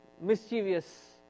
mischievous